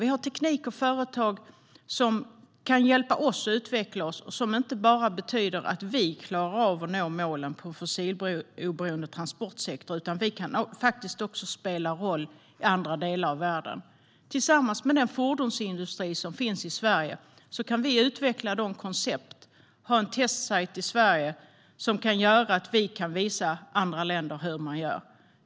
Vi har teknik och företag som kan hjälpa oss att utveckla oss så att vi inte bara klarar av att nå målen för en fossiloberoende transportsektor utan faktiskt också kan spela roll i andra delar av världen. Tillsammans med den fordonsindustri som finns i Sverige kan vi utveckla koncept och ha en testsajt som kan göra att vi kan visa andra länder hur man gör.